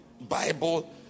Bible